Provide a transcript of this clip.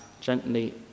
gently